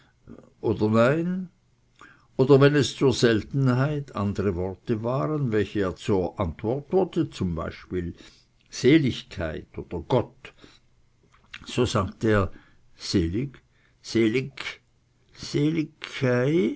oder nnee oder wenn es zur seltenheit andere worte waren welche er zur antwort wollte zum beispiel seligkeit oder gott so sagte er selig seligk